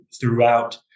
throughout